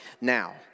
now